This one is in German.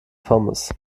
pommes